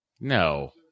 No